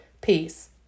Peace